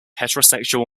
heterosexual